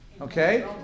okay